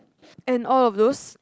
and all of those